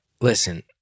Listen